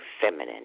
feminine